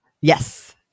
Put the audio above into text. Yes